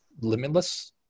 limitless